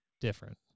different